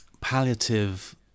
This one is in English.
palliative